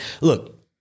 Look